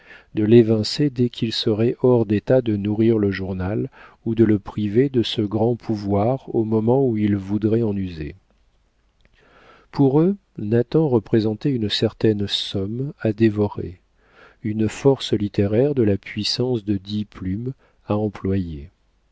de l'évincer dès qu'il serait hors d'état de nourrir le journal ou de le priver de ce grand pouvoir au moment où ils voudraient en user pour eux nathan représentait une certaine somme à dévorer une force littéraire de la puissance de dix plumes à employer